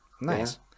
nice